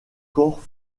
corps